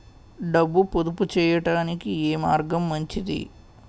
డబ్బు పొదుపు చేయటానికి ఏ మార్గం మంచిది?